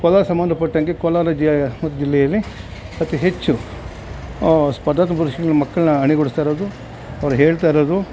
ಕೋಲಾರ್ಗೆ ಸಂಬಂಧಪಟ್ಟಂಗೆ ಕೋಲಾರ ಜಿಲ್ಲೆಯಲ್ಲಿ ಅತಿ ಹೆಚ್ಚು ಸ್ಪರ್ಧಾತ್ಮಕ ಪರೀಕ್ಷ್ಗ್ಳಿಗೆ ಮಕ್ಕಳನ್ನ ಅಣಿಗೊಳಿಸ್ತಾ ಇರೋದು ಅವ್ರು ಹೇಳ್ತಾ ಇರೋದು